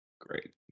Great